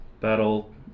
Battle